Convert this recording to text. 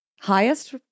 highest